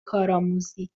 کارآموزی